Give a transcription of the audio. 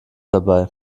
dabei